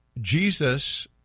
Jesus